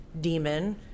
Demon